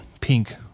pink